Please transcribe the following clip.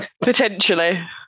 potentially